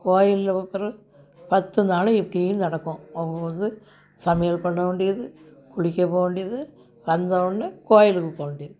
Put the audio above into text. கோயில் பத்து நாளும் இப்படி நடக்கும் அவங்க வந்து சமையல் பண்ண வேண்டியது குளிக்க போக வேண்டியது வந்த ஒடனே கோயிலுக்குப் போக வேண்டியது